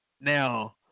Now